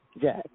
Jack